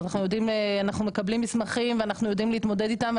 אנחנו מקבלים מסמכים ואנחנו יודעים להתמודד איתם.